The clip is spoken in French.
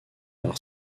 par